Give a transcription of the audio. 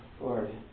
Lord